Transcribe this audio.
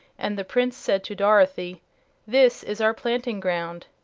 and the prince said to dorothy this is our planting-ground.